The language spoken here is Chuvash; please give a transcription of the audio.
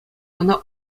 ӑна